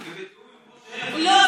לא,